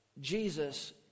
Jesus